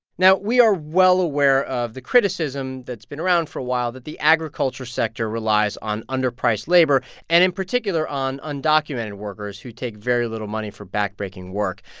now, we are well aware of the criticism that's been around for a while that the agriculture sector relies on underpriced labor and in particular on undocumented workers who take very little money for backbreaking work.